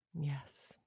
Yes